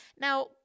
Now